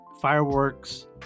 fireworks